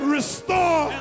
Restore